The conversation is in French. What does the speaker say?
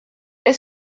est